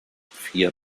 vier